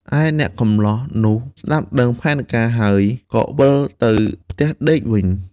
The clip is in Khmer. ឯអ្នកកម្លោះនោះស្តាប់ដឹងផែនការហើយ ក៏វិលទៅផ្ទះដេកវិញ។